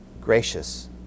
gracious